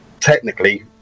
technically